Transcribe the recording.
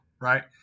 Right